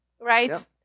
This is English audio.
right